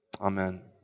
Amen